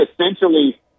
essentially